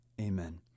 Amen